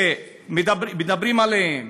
שמדברים עליהם,